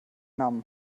namen